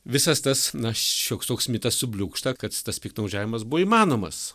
visas tas na šioks toks mitas subliūkšta kad tas piktnaudžiavimas buvo įmanomas